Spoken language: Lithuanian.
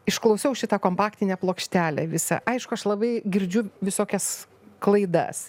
išklausiau šitą kompaktinę plokštelę visą aišku aš labai girdžiu visokias klaidas